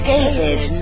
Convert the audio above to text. David